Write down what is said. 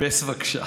אַפֵּס בבקשה.